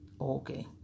Okay